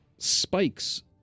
spikes